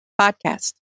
podcast